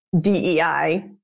DEI